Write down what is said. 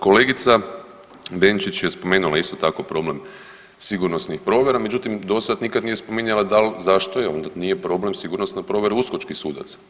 Kolegica Benčić je spomenula isto tako problem sigurnosnih provjera, međutim do sad nikad nije spominjala da li, zašto nije problem sigurnosne provjere uskočkih sudaca.